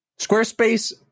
Squarespace